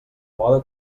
mode